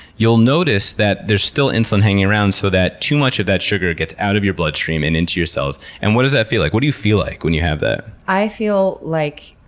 you'll notice that there's still insulin hanging around so that too much of that sugar gets out of your bloodstream and into your cells. and what does that feel like? what do you feel like when you have that? i feel like,